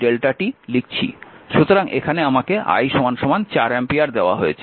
সুতরাং এখানে আমাকে i 4 অ্যাম্পিয়ার দেওয়া হয়েছে